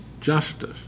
justice